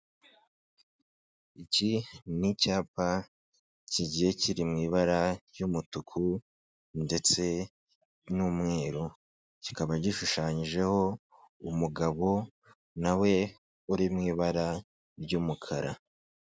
Iki ni icyapa kigiye kiri mu ibara ry'umutuku ndetse n'umweru, kikaba gishushanyijeho umugabo nawe uri mu ibara ry'umukara.